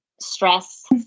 stress